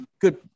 good